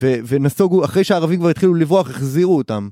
ונסוגו אחרי שהערבים כבר התחילו לברוח, החזירו אותם.